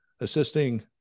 assisting